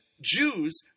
Jews